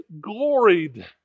gloried